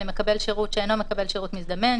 למקבל שירות שאינו מקבל שירות מזדמן,